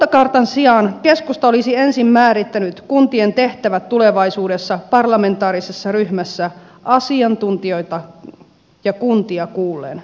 kuntakartan sijaan keskusta olisi ensin määrittänyt kuntien tehtävät tulevaisuudessa parlamentaarisessa ryhmässä asiantuntijoita ja kuntia kuullen